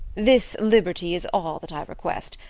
this liberty is all that i request,